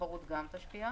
והתחרות גם תשפיע.